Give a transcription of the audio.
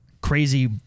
crazy